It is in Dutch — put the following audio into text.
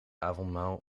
avondmaal